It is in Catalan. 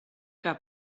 que